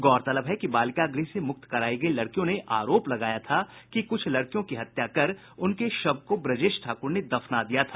गौरतलब है कि बालिका गृह से मुक्त करायी गयी लड़कियों ने आरोप लगाया था कि कुछ लड़कियों की हत्या कर उनके शव को ब्रजेश ठाक्र ने दफना दिया था